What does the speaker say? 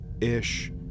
ish